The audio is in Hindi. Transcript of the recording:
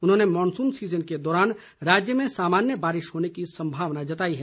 उन्होंने मानसून सीजन के दौरान राज्य में सामान्य बारिश होने की संभावना जताई है